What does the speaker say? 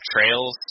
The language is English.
trails